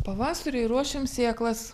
pavasariui ruošiam sėklas